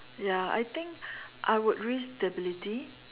ya I think I would reach stability